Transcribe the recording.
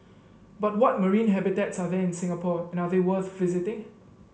but what marine habitats are there in Singapore and are they worth visiting